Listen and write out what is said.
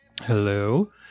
Hello